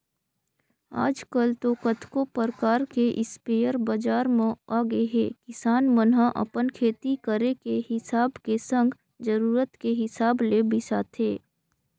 आजकल तो कतको परकार के इस्पेयर बजार म आगेहे किसान मन ह अपन खेती करे के हिसाब के संग जरुरत के हिसाब ले बिसाथे